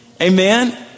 Amen